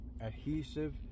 adhesive